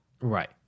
Right